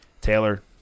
Taylor